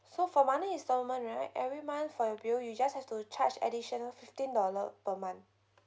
so for monthly installment right every month for your bill you just have to charge additional fifteen dollar per month